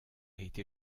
été